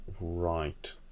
Right